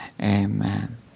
amen